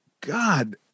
God